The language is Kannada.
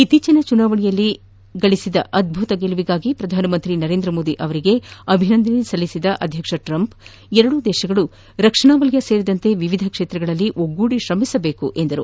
ಇತ್ತೀಚಿನ ಚುನಾವಣೆಯಲ್ಲಿ ಸಾಧಿಸಿದ ಗೆಲುವಿಗಾಗಿ ಪ್ರಧಾನಿ ನರೇಂದ್ರ ಮೋದಿ ಅವರಿಗೆ ಅಭಿನಂದನೆ ಸಲ್ಲಿಸಿದ ಟ್ರಂಪ್ ಎರಡೂ ದೇಶಗಳು ರಕ್ಷಣಾ ವಲಯ ಸೇರಿದಂತೆ ವಿವಿಧ ಕ್ಷೇತ್ರಗಳಲ್ಲಿ ಒಗ್ಗೂಡಿ ತ್ರಮಿಸಬೇಕೆಂದರು